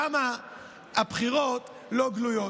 למה הבחירות לא גלויות?